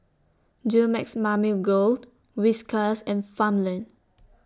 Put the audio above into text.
Dumex Mamil Gold Whiskas and Farmland